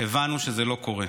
הבנו שזה לא קורה.